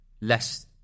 less